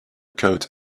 coat